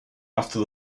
after